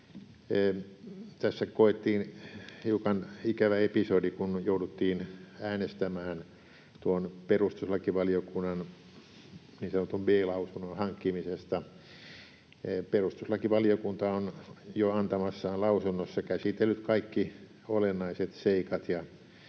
Tässä koettiin hiukan ikävä episodi, kun jouduttiin äänestämään tuon perustuslakivaliokunnan niin sanotun B-lausunnon hankkimisesta. Perustuslakivaliokunta on jo antamassaan lausunnossa käsitellyt kaikki olennaiset seikat, ja